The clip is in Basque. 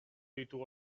ditu